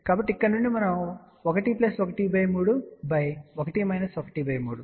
కాబట్టి ఇక్కడ నుండి మనం 1 13 1−1 3